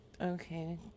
Okay